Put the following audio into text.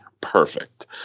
perfect